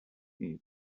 نیز